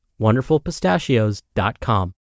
wonderfulpistachios.com